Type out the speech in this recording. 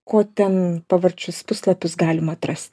ko ten pavarčius puslapius galima atrast